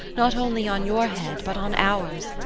not only on your head, but on ours?